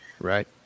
Right